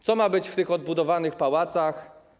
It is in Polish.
Co ma być w tych odbudowanych pałacach?